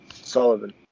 Sullivan